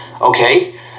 okay